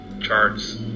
charts